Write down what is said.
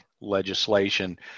legislation